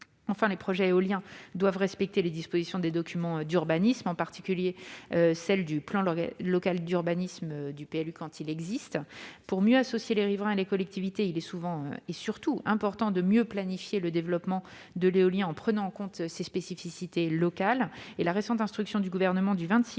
Enfin, les projets éoliens doivent respecter les dispositions des documents d'urbanisme, en particulier celles du plan local d'urbanisme, le PLU, quand il existe. Pour mieux associer les riverains et les collectivités, il est surtout important de mieux planifier le développement de l'éolien en prenant en compte les spécificités locales. Le Gouvernement a